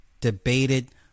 Debated